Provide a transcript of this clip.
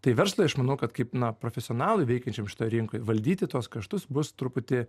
tai verslui aš manau kad kaip na profesionalui veikiančiam šitoj rinkoj valdyti tuos kaštus bus truputį